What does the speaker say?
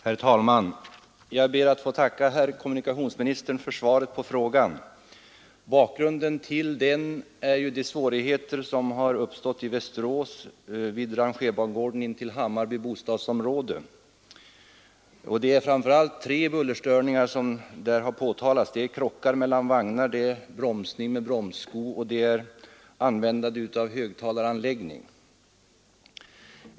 Herr talman! Jag ber att få tacka kommunikationsministern för svaret på frågan. Bakgrunden till frågan är de svårigheter som uppstått i Västerås vid rangerbangården intill Hammarby bostadsområde. Det är framför allt tre bullerkällor som påtalats: krockar mellan vagnar, bromsning med bromssko och användning av högtalaranläggning.